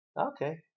Okay